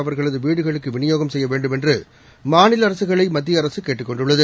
அவர்களது வீடுகளுக்கு விநியோகம் செய்ய வேண்டும் என்று மாநில அரசுகளை மத்திய அரசு கேட்டுக் கொண்டுள்ளது